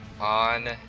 on